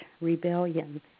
rebellion